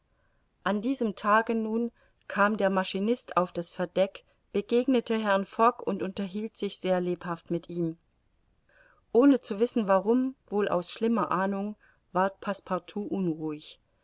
an diesem tage nun kam der maschinist auf das verdeck begegnete herrn fogg und unterhielt sich sehr lebhaft mit ihm ohne zu wissen warum wohl aus schlimmer ahnung ward passepartout unruhig